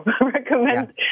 recommend